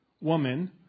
Woman